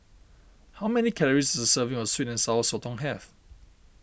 how many calories does a serving of Sweet and Sour Sotong have